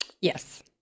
Yes